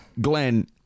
Glenn